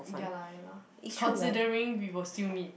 ya lah ya lah considering we would still meet